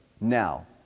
Now